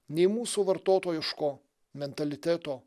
nei mūsų vartotojiško mentaliteto